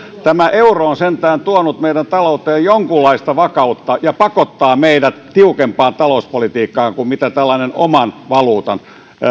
tämä euro on sentään tuonut meidän talouteemme jonkunlaista vakautta ja pakottaa meidät tiukempaan talouspolitiikkaan kuin tällainen oman valuutan